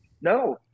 No